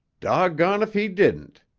doggone if he didn't.